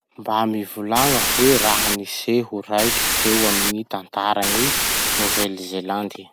Mba mivolagna hoe raha-niseho raiky teo amy gny tantaran'i Nouvelle-Zélande?